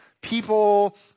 people